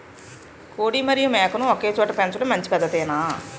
కోడి మరియు మేక ను ఒకేచోట పెంచడం మంచి పద్ధతేనా?